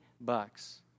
bucks